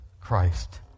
Christ